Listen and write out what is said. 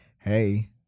hey